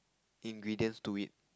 ingredients to it